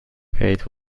gate